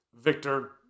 Victor